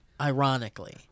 ironically